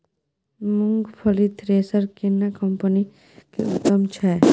मूंगफली थ्रेसर केना कम्पनी के उत्तम छै?